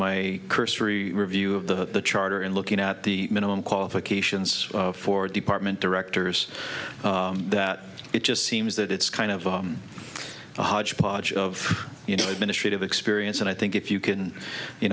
my cursory review of the charter and looking at the minimum qualifications for department directors that it just seems that it's kind of a hodgepodge of you know administrative experience and i think if you can you